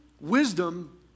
wisdom